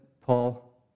Paul